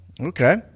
Okay